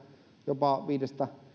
jopa viidestä